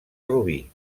rubí